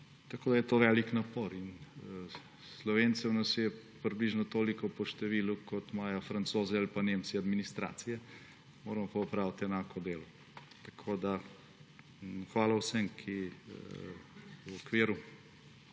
Tako da je to velik napor. Slovencev nas je približno toliko po številu, kot imajo Francozi ali pa Nemci administracije, moramo pa opraviti enako delo. Tako da hvala vsem, ki v okviru